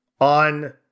on